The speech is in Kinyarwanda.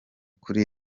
kuri